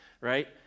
right